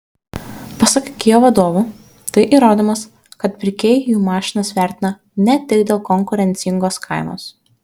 pasak kia vadovų tai įrodymas kad pirkėjai jų mašinas vertina ne tik dėl konkurencingos kainos